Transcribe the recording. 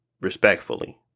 respectfully